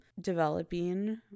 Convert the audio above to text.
developing